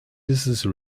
distance